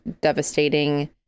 devastating